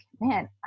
man